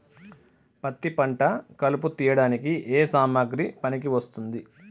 పత్తి పంట కలుపు తీయడానికి ఏ సామాగ్రి పనికి వస్తుంది?